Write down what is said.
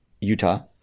Utah